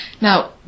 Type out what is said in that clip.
Now